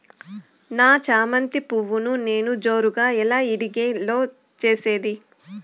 నా చామంతి పువ్వును నేను జోరుగా ఎలా ఇడిగే లో చేసేది?